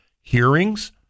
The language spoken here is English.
hearings